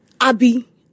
Abby